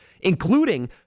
including